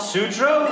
Sutro